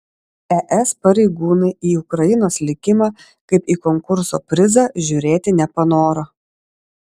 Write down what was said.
es pareigūnai į ukrainos likimą kaip į konkurso prizą žiūrėti nepanoro